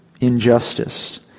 injustice